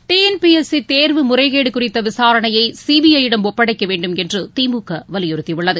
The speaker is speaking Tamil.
D N P S C தேர்வு முறைகேடு குறித்த விசாரணையை சி பி ஐ யிடம் ஒப்படைக்க வேண்டுமென்று திமுக வலியுறுத்தியுள்ளது